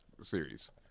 series